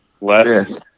Less